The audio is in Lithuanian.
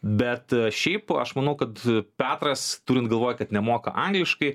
bet šiaip aš manau kad petras turint galvoj kad nemoka angliškai